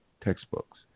textbooks